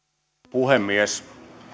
puhemies